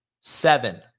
Seven